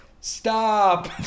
Stop